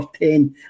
10